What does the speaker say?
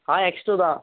ஆ X two தான்